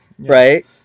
Right